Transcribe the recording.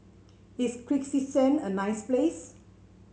is Kyrgyzstan a nice place